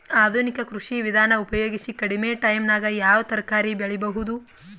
ಆಧುನಿಕ ಕೃಷಿ ವಿಧಾನ ಉಪಯೋಗಿಸಿ ಕಡಿಮ ಟೈಮನಾಗ ಯಾವ ತರಕಾರಿ ಬೆಳಿಬಹುದು?